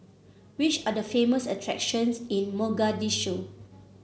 which are the famous attractions in Mogadishu